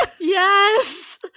Yes